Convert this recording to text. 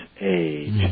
age